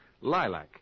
lilac